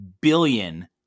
billion